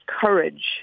courage